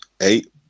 eight